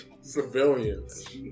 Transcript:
civilians